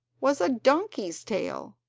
was a donkey's tail.